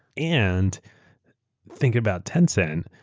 and think about tencent,